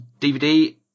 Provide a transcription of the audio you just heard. dvd